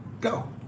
Go